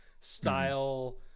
style